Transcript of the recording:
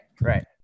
right